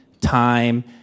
time